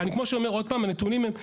והנתונים,